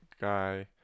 guy